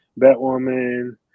Batwoman